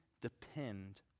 depend